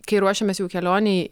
kai ruošėmės jau kelionei